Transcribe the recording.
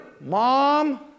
mom